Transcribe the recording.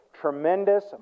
tremendous